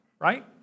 right